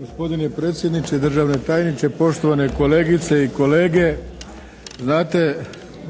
Gospodine predsjedniče, državni tajniče, poštovane kolegice i kolege. Znate